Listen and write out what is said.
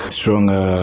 stronger